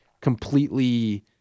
completely